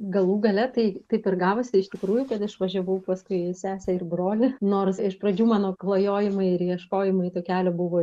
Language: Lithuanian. galų gale tai taip ir gavosi iš tikrųjų kad išvažiavau paskui sesę ir brolį nors iš pradžių mano klajojimai ir ieškojimai to kelio buvo